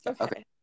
Okay